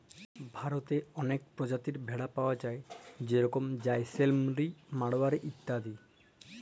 ভারতেল্লে অলেক পরজাতির ভেড়া পাউয়া যায় যেরকম জাইসেলমেরি, মাড়োয়ারি ইত্যাদি